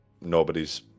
nobody's